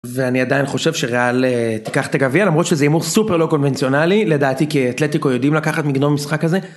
ואני עדיין חושב שריאל תיקח את הגביע למרות שזה הימור סופר לא קונבנציונלי לדעתי כי אתלטיקו יודעים לקחת מגנום משחק הזה.